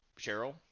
Cheryl